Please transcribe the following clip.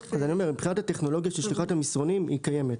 הטכנולוגיה של שליחת המסרונים קיימת.